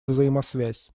взаимосвязь